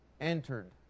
entered